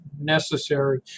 necessary